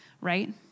right